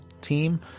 team